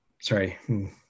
sorry